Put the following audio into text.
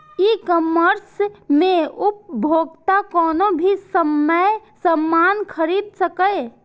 ई commerce मे उपभोक्ता कोनो भी समय सामान खरीद सकैए